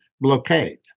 blockade